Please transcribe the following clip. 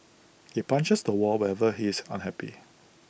he punches the wall whenever he is unhappy